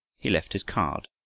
he left his card,